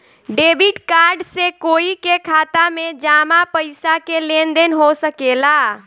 debit card से कोई के खाता में जामा पइसा के लेन देन हो सकेला